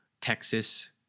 Texas